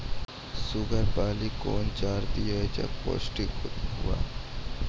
Sugar पाली कौन चार दिय जब पोस्टिक हुआ?